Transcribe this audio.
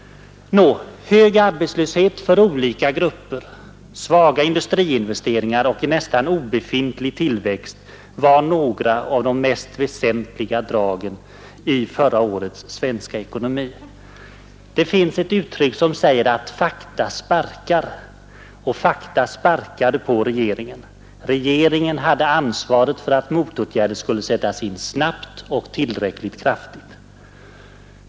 En hög arbetslöshet för olika grupper, svaga industriinvesteringar och en nästan obefintlig tillväxt var några av de mest väsentliga dragen i förra årets svenska ekonomi. Det finns ett uttryck som säger att fakta sparkar. Och fakta sparkade på regeringen. Regeringen hade ansvaret för att motåtgärder skulle sättas in snabbt och tillräckligt kraftigt.